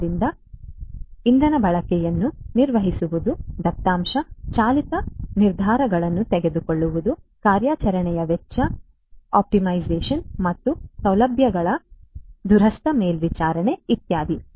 ಆದ್ದರಿಂದ ಇಂಧನ ಬಳಕೆಯನ್ನು ನಿರ್ವಹಿಸುವುದು ದತ್ತಾಂಶ ಚಾಲಿತ ನಿರ್ಧಾರಗಳನ್ನು ತೆಗೆದುಕೊಳ್ಳುವುದು ಕಾರ್ಯಾಚರಣೆಯ ವೆಚ್ಚ ಆಪ್ಟಿಮೈಸೇಶನ್ ಮತ್ತು ಸೌಲಭ್ಯಗಳ ದೂರಸ್ಥ ಮೇಲ್ವಿಚಾರಣೆ ಇತ್ಯಾದಿ